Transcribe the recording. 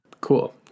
Cool